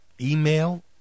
email